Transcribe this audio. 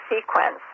sequence